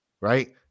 Right